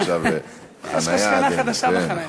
יש לך שכנה חדשה בחניה.